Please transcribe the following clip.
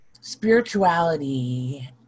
spirituality